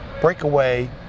breakaway